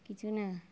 কিছু না